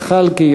זחאלקה,